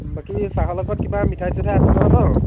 বাকী চাহৰ লগত কিবা মিঠাই চিঠাই আছে নহয় ন